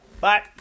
Bye